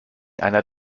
einer